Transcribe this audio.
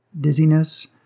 dizziness